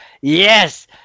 yes